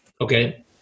okay